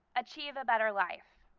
achieve a better life.